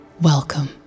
Welcome